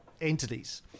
entities